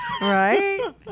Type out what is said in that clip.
Right